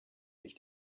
mich